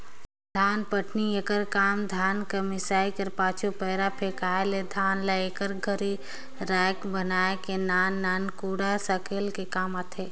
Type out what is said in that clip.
धानपटनी एकर काम धान कर मिसाए कर पाछू, पैरा फेकाए ले धान ल एक घरी राएस बनाए के नान नान कूढ़ा सकेले कर काम आथे